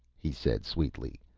he said sweetly.